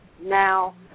now